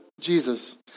Jesus